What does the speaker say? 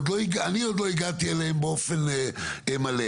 אני עוד לא הגעתי אליהם באופן מלא.